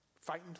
Fighting